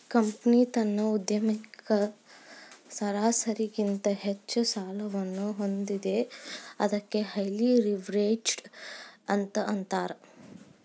company ತನ್ನ ಉದ್ಯಮಕ್ಕ ಸರಾಸರಿಗಿಂತ ಹೆಚ್ಚ ಸಾಲವನ್ನ ಹೊಂದೇದ ಅದಕ್ಕ ಹೈಲಿ ಲಿವ್ರೇಜ್ಡ್ ಅಂತ್ ಅಂತಾರ